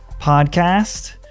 Podcast